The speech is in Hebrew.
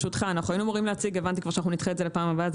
אנחנו היינו אמורים להציג אבל אני מבינה שנדחה את זה לפעם הבאה.